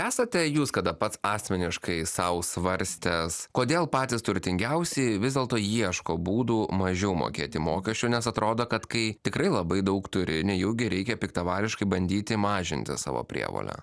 esate jūs kada pats asmeniškai sau svarstęs kodėl patys turtingiausi vis dėlto ieško būdų mažiau mokėti mokesčių nes atrodo kad kai tikrai labai daug turi nejaugi reikia piktavališkai bandyti mažinti savo prievolę